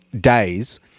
days